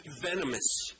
venomous